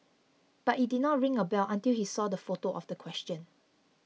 but it did not ring a bell until he saw the photo of the question